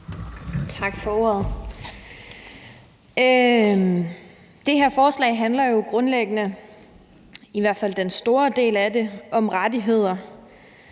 Tak for ordet. Det her forslag handler jo grundlæggende, i hvert fald den store del af det, om rettigheder.